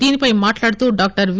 దీనిపై మాట్టాడుతూ డాక్టర్ వి